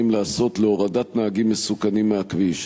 נהגים מסוכנים מהכביש.